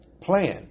plan